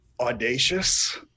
Audacious